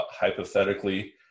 hypothetically